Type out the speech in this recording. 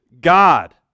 God